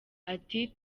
ati